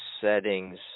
settings